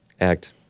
act